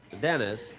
Dennis